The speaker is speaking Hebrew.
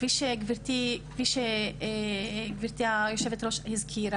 כפי שגברתי יושבת הראש הזכירה,